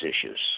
issues